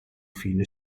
fine